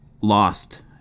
lost